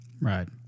Right